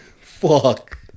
Fuck